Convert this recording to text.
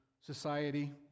society